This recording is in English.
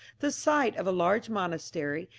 the sight of a large monastery,